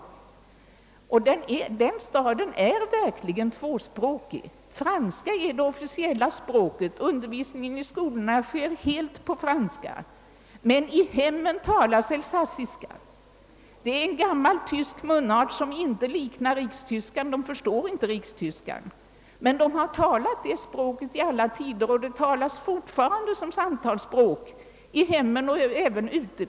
Den staden är verkligen tvåspråkig. Franska är det officiella språket. Undervisning i skolorna sker helt på franska. Men i hemmen talas elsassiska. Det är en gammal tysk munart som inte liknar rikstyskan. Elsassarna förstår inte rikstyskan. Men de har talat elsassiska i alla tider och det talas fortfarande som samtalsspråk i hemmen och även ute.